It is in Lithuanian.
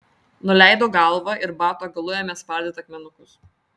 nuleido galvą ir bato galu ėmė spardyti akmenukus